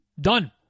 Done